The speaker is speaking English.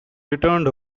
returned